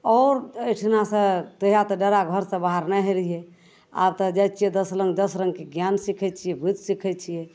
आओर एहिठिनासे तहिआ तऽ डेरा घरसे बाहर नहि होइ रहिए आब तऽ जाए छिए दस लग दस रङ्गके ज्ञान सिखै छी बुधि सिखै छिए